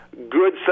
good